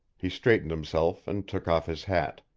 he straightened himself and took off his hat.